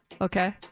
okay